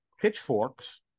pitchforks